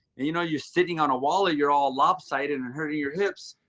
you know, you're sitting on a wall or you're all lopsided and hurting your hips.